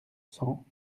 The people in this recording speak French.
cents